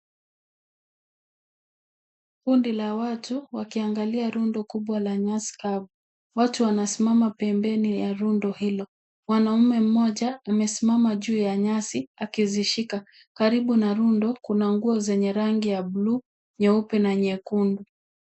Kundi la watu wakiangalia rundo kubwa la nyasi kavu. Watu wanasimama pembeni ya rundo hilo. Mwanaume mmoja amesimama juu ya nyasi akizishika, Karibu na rundo kuna nguo zenye ragi ya buluu, nyeupe na nyekundu.